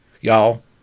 Y'all